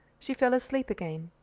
she fell asleep again.